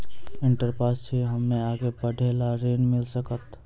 Inter pass छी हम्मे आगे पढ़े ला ऋण मिल सकत?